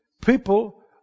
People